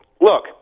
look